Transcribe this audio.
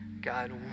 God